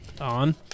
On